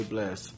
Bless